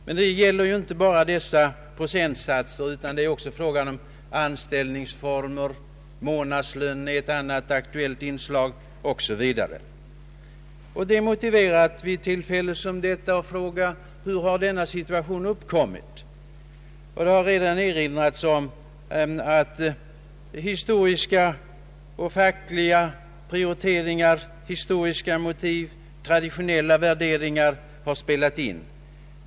Men det gäller här inte bara dessa procentsatser, utan det är också fråga om anställningsformer, och månadslönen är ett annat aktuellt inslag 0. s. v. Det är motiverat att vid ett tillfälle som detta fråga hur denna situation har uppkommit. Här har fackliga prioriteringar, historiska motiv, gamla värderingar 0. d. spelat in.